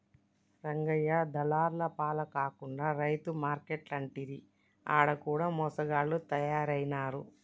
రంగయ్య దళార్ల పాల కాకుండా రైతు మార్కేట్లంటిరి ఆడ కూడ మోసగాళ్ల తయారైనారు